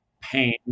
pain